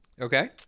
Okay